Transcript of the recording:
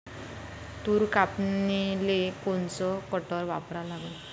तूर कापनीले कोनचं कटर वापरा लागन?